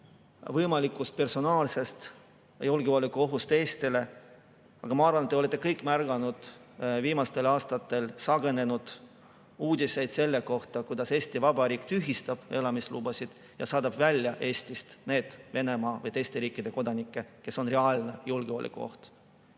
võimalikust julgeolekuohust Eestile, aga ma arvan, et te olete kõik märganud viimastel aastatel sagenenud uudiseid selle kohta, kuidas Eesti Vabariik tühistab elamislubasid ja saadab Eestist välja neid Venemaa ja teiste riikide kodanikke, kes on reaalne julgeolekuoht.